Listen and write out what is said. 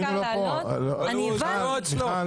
אפשר להעלות למליאה לקריאה ראשונה.